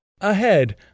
ahead